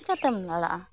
ᱪᱤᱠᱟᱹᱛᱮᱢ ᱞᱟᱲᱟᱜᱼᱟ